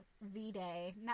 v-day